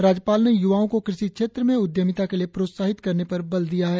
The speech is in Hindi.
राज्यपाल ने य्वाओं को कृषि क्षेत्र में उद्यमिता के लिए प्रोत्साहित करने पर बल दिया है